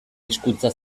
hizkuntza